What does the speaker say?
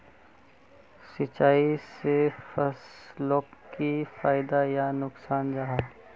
सिंचाई से फसलोक की फायदा या नुकसान जाहा?